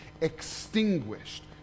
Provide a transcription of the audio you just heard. extinguished